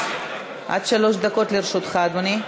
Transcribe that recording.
עד שלוש דקות לרשותך, אדוני.